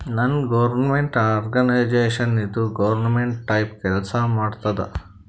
ನಾನ್ government organisation ಇದು government type ಕೆಲ್ಸಾ ಮಾಡತ್ತುದ್